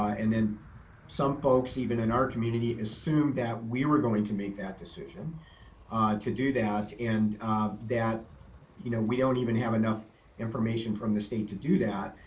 ah and then some folks, even in our community assumed that we were going to make that decision to do that. and that you know we don't even have enough information from the state to do that,